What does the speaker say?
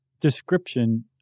description